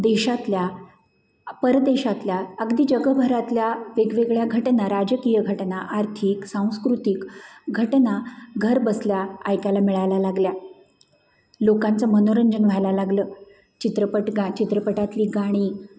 देशातल्या परदेशातल्या अगदी जगभरातल्या वेगवेगळ्या घटना राजकीय घटना आर्थिक सांस्कृतिक घटना घर बसल्या ऐकायला मिळायला लागल्या लोकांचं मनोरंजन व्हायला लागलं चित्रपट गा चित्रपटातली गाणी